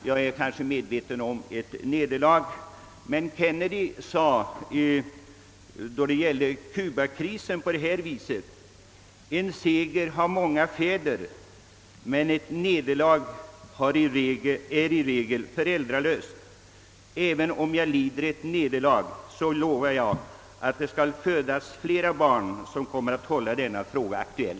Jag är visserligen medveten om ett nederlag men erinrar mig vad Kennedy yttrade då det gällde Kubakrisen: En seger har många fäder, men ett nederlag är i regel föräldralöst. även om jag lider ett nederlag, lovar jag att det skall födas många barn som kommer att hålla denna fråga aktuell.